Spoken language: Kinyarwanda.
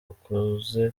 ukuze